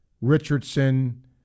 Richardson